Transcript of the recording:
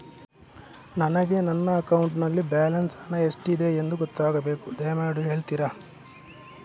ನನಗೆ ನನ್ನ ಅಕೌಂಟಲ್ಲಿ ಬ್ಯಾಲೆನ್ಸ್ ಹಣ ಎಷ್ಟಿದೆ ಎಂದು ಗೊತ್ತಾಗಬೇಕು, ದಯಮಾಡಿ ಹೇಳ್ತಿರಾ?